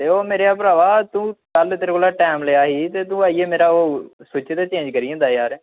ते ओह् मेरेआ भ्रावा तूं कल तेरे कोला टैम लैआ ही ते तू आइयै मेरा ओह् सुच्च ते चेंज करी जंदा यार